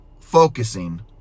focusing